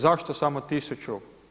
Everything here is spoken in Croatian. Zašto samo tisuću?